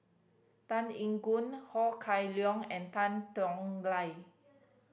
Tan Eng Yoon Ho Kah Leong and Tan Tong Hye